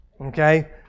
Okay